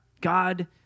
God